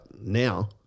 now